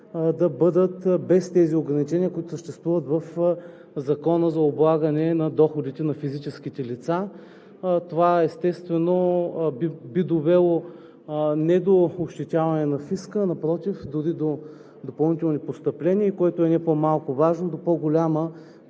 да бъдат без тези ограничения, които съществуват в Закона за облагане на доходите на физическите лица. Това, естествено, не би довело до ощетяване на фиска – напротив, дори до допълнителни постъпления, което е не по-малко важно, до по-голяма